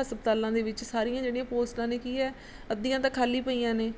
ਹਸਪਤਾਲਾਂ ਦੇ ਵਿੱਚ ਸਾਰੀਆਂ ਜਿਹੜੀਆਂ ਪੋਸਟਾਂ ਨੇ ਕੀ ਹੈ ਅੱਧੀਆਂ ਤਾਂ ਖਾਲੀ ਪਈਆਂ ਨੇ